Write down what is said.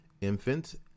infants